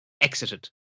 exited